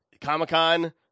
Comic-Con